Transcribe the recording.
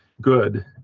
good